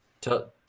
tell